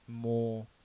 more